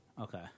okay